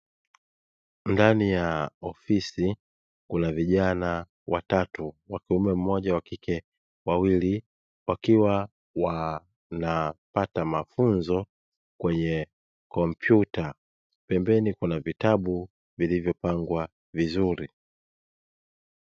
Ndani ya ofisi kuna vijana watatu (wa kiume mmoja wa kike wawili) wakiwa wanapata mafunzo kwenye kompyuta, pembeni kuna vitabu vilivyopangwa vizuri.